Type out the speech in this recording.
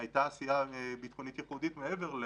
שהייתה להם עשייה ביטחונית ייחודית מעבר.